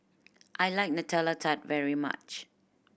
I like Nutella Tart very much